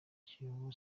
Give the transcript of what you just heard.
kiyovu